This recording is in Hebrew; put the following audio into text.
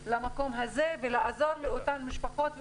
ולעזור לאותן משפחות,